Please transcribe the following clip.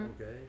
Okay